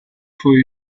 for